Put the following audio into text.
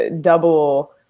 double